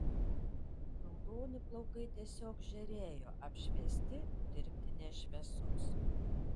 raudoni plaukai tiesiog žėrėjo apšviesti dirbtinės šviesos